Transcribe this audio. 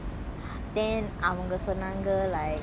எது:ethu black berry